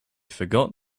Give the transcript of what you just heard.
forgot